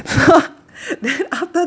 then after